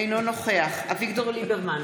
אינו נוכח אביגדור ליברמן,